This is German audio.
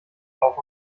auch